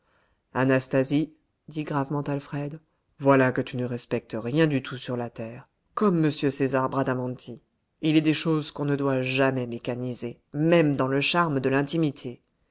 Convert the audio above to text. anastasie dit gravement alfred voilà que tu ne respectes rien du tout sur la terre comme m césar bradamanti il est des choses qu'on ne doit jamais mécaniser même dans le charme de l'intimité